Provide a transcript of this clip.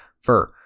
fur